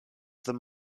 them